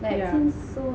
yeah